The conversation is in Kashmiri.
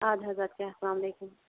اَدٕ حظ اَدٕ کیٛاہ السلام علیکُم